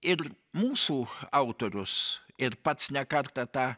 ir mūsų autorius ir pats ne kartą tą